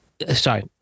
Sorry